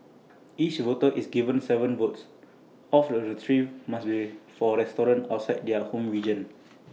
each voter is given Seven votes of the three must be for restaurants outside their home region